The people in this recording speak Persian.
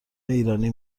ایرانی